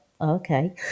Okay